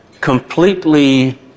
completely